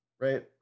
right